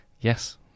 yes